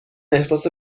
احساس